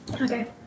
Okay